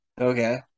Okay